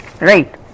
Right